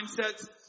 mindsets